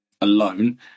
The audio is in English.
alone